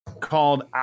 called